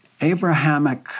Abrahamic